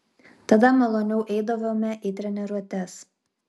tada maloniau eidavome į treniruotes